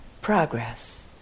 progress